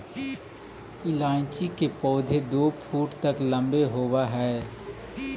इलायची के पौधे दो फुट तक लंबे होवअ हई